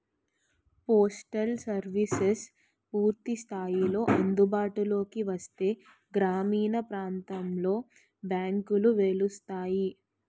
postal services పూర్తి స్థాయిలో అందుబాటులోకి వస్తే గ్రామీణ ప్రాంతాలలో బ్యాంకులు వెలుస్తాయి